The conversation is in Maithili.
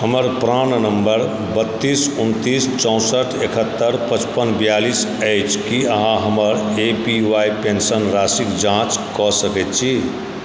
हमर प्राण नम्बर बत्तीस उनतीस चौसठि एकहत्तरि पचपन बियालिस अछि की अहाँ हमर ए पी वाइ पेन्शन राशिक जाँच कऽ सकैत छी